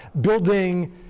building